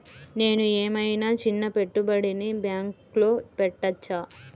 నేను ఏమయినా చిన్న పెట్టుబడిని బ్యాంక్లో పెట్టచ్చా?